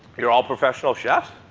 you're all professional chefs?